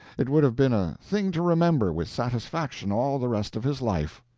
it would have been a thing to remember with satisfaction all the rest of his life.